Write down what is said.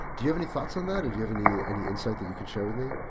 do you have any thoughts on that? do you have any any insight that you could share with me?